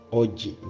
oggi